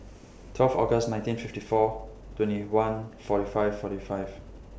twelve August nineteen fifty four twenty one forty five forty five